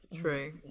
true